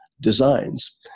designs